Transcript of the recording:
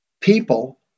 people